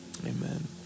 amen